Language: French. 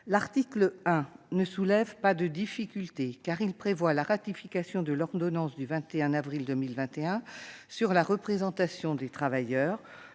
L'article 1 ne soulève pas de difficultés, car il prévoit la ratification de l'ordonnance du 21 avril 2021 relative à la représentation des travailleurs,